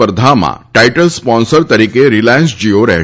સ્પર્ધામાં title sponsor તરીકે Reliance Jio રહેશે